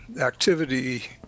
activity